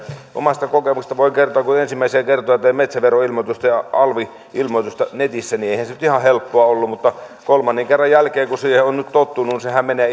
omasta kokemuksestani voin kertoa että kun ensimmäisiä kertoja tein metsäveroilmoitusta ja alvi ilmoitusta netissä niin eihän se nyt ihan helppoa ollut mutta kolmannen kerran jälkeen kun siihen on nyt tottunut sehän menee